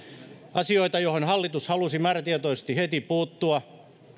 asioita joihin hallitus halusi määrätietoisesti heti puuttua